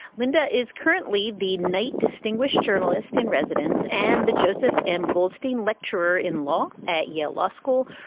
linda is currently the knight distinguished journalist in residence and the joseph m. goldstein lecturer in law at yale law school.